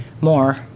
more